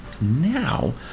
Now